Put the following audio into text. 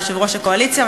יושב-ראש הקואליציה,